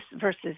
versus